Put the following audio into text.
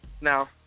Now